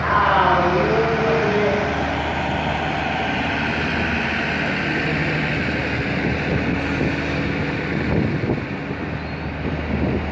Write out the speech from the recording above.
હા હા હું તમને